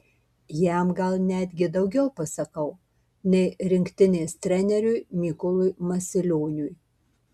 jam gal netgi daugiau pasakau nei rinktinės treneriui mykolui masilioniui